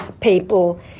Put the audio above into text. people